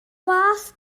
fath